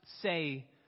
say